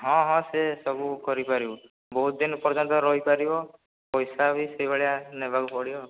ହଁ ହଁ ସେ ସବୁ କରି ପାରିବୁ ବହୁତ ଦିନ ପର୍ଯ୍ୟନ୍ତ ରହି ପାରିବ ପଇସା ବି ସେହି ଭଳିଆ ନେବାକୁ ପଡ଼ିବ